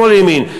שמאל-ימין?